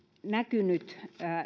näkynyt